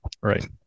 Right